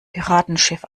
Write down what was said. piratenschiff